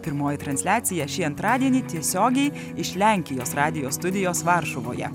pirmoji transliacija šį antradienį tiesiogiai iš lenkijos radijo studijos varšuvoje